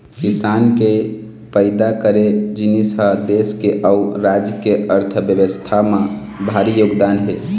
किसान के पइदा करे जिनिस ह देस के अउ राज के अर्थबेवस्था म भारी योगदान हे